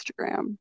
Instagram